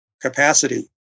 capacity